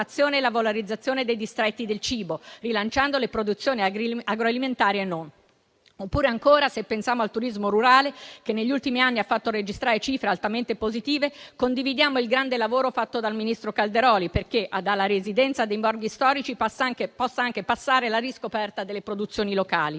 la valorizzazione dei distretti del cibo, rilanciando le produzioni agroalimentari e non. Pensiamo inoltre al turismo rurale che, negli ultimi anni, ha fatto registrare cifre altamente positive. Condividiamo il grande lavoro svolto dal ministro Calderoli, perché dalla residenza dei borghi storici possa anche passare la riscoperta delle produzioni locali.